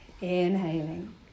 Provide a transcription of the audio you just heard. Inhaling